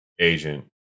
agent